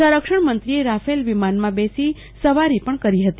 સંરક્ષણમંત્રીએ રાફેલ વિમાનમાં બેસી સવારી પણ કરી હતી